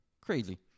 crazy